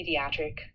pediatric